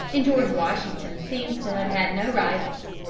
and george washington seems to have had no rivals.